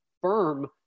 firm